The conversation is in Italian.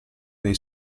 dei